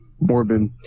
Morbin